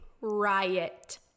Riot